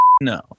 No